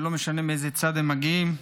ולא משנה מאיזה צד הם מגיעים.